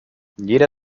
jeder